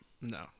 No